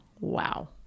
Wow